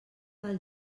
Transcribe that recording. del